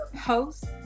host